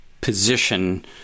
position